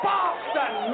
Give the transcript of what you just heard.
Boston